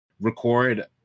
record